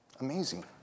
Amazing